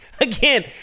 again